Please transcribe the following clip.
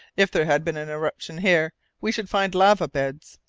if there had been an eruption here, we should find lava beds.